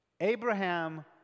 Abraham